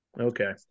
Okay